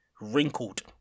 wrinkled